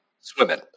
Swimming